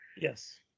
Yes